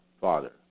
Father